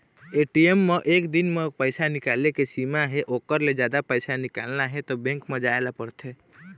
ATM म एक दिन म पइसा निकाले के सीमा हे ओखर ले जादा पइसा निकालना हे त बेंक म जाए ल परथे